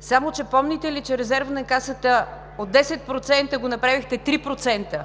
Само че, помните ли, че резервът на Касата от 10% го направихте 3%?